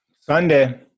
Sunday